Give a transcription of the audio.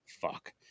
fuck